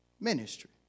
ministry